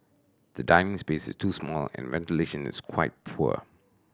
the dining space is too small and ventilation is quite poor